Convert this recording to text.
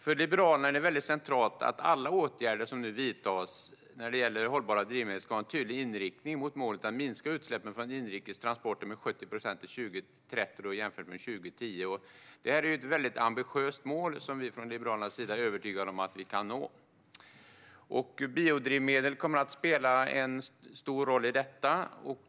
För Liberalerna är det centralt att alla åtgärder som nu vidtas när det gäller hållbara drivmedel ska ha en tydlig inriktning mot målet att minska utsläppen från inrikes transporter med 70 procent till 2030 jämfört med 2010. Det är ett ambitiöst mål, som vi från Liberalernas sida är övertygade om att vi kan nå. Biodrivmedel kommer att spela en stor roll i detta.